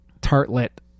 tartlet